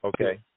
okay